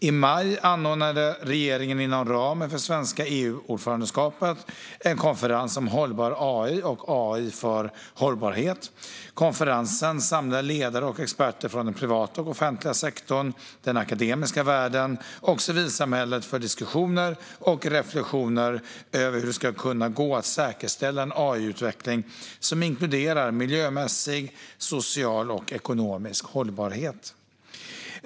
I maj anordnade regeringen inom ramen för det svenska EU-ordförandeskapet en konferens om hållbar AI och AI för hållbarhet. Konferensen samlade ledare och experter från den privata och offentliga sektorn, den akademiska världen och civilsamhället för diskussioner om och reflektioner över hur det ska kunna gå att säkerställa en AI-utveckling som inkluderar miljömässig, social och ekonomisk hållbarhet.